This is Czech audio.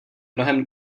mnohem